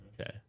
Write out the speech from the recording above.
Okay